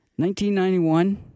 1991